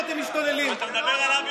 על מה אתה מדבר בכלל?